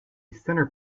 centre